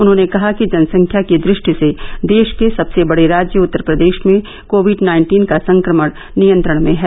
उन्होंने कहा कि जनसंख्या की दृष्टि से देश के सबसे बड़े राज्य उत्तर प्रदेश में कोविड नाइन्टीन का संक्रमण नियंत्रण में है